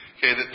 Okay